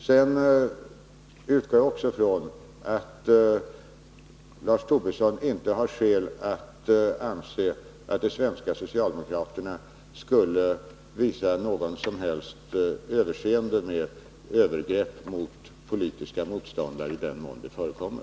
Jag vill också säga att jag utgår från att Lars Tobisson inte har skäl att anse att de svenska socialdemokraterna skulle ha något som helst överseende med övergrepp mot politiska motståndare i den mån sådana övergrepp förekommer.